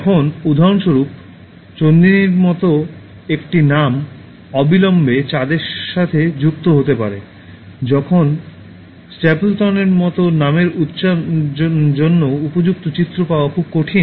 এখন উদাহরণস্বরূপ চন্ডিনীর মতো একটি নাম অবিলম্বে চাঁদের সাথে যুক্ত হতে পারে যখন স্ট্যাপল্টনের মতো নামের জন্য উপযুক্ত চিত্র পাওয়া খুব কঠিন